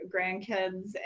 grandkids